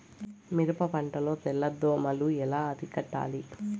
మిరప పంట లో తెల్ల దోమలు ఎలా అరికట్టాలి?